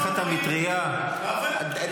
תחת המטרייה --- היו שם הרבה מאוד דברים.